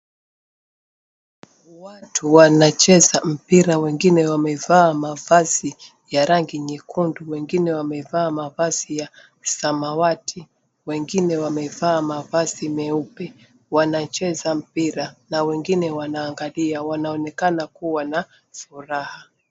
Watu wanacheza mpira wengine wamevaa mavazi ya rangi nyekundu wengine wamevaa mavazi ya samawati wengine wamevaa mavazi meupe wanacheza mpira na wengine wanaangalia, wanaonekana kuwa na furaha.